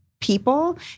people